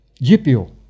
GPO